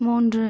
மூன்று